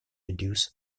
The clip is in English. reduce